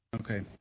Okay